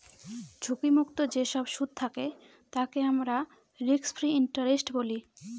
ঝুঁকি মুক্ত যেসব সুদ থাকে তাকে আমরা রিস্ক ফ্রি ইন্টারেস্ট বলি